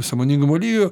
sąmoningumo lygio